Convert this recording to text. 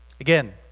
Again